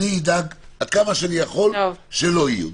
אני אדאג עד כמה שאני יכול, שלא יהיו.